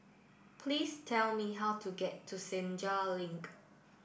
please tell me how to get to Senja Link